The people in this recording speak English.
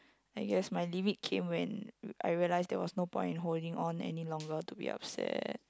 I guess my limit came when I realize there was no point in holding on any long to be upset